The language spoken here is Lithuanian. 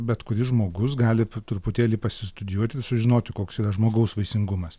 bet kuris žmogus gali p truputėlį pasistudijuot ir sužinoti koks yra žmogaus vaisingumas